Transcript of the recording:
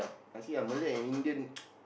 actually I Malay and Indian